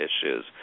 issues